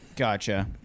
Gotcha